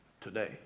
today